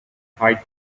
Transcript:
hyde